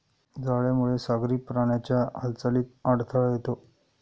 जाळ्यामुळे सागरी प्राण्यांच्या हालचालीत अडथळा येतो